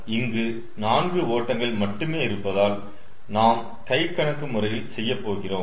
ஆனால் இங்கு 4 ஓட்டங்கள் மட்டுமே இருப்பதால் நாம் கை கணக்கு முறையில் செய்யப்போகிறோம்